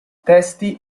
testi